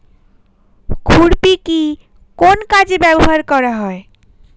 খুরপি কি কোন কাজে ব্যবহার করা হয়?